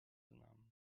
znam